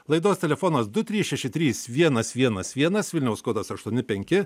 laidos telefonas du trys šeši trys vienas vienas vienas vilniaus kodas aštuoni penki